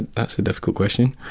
that's a difficult question,